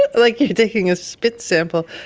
like you're taking a spit sample.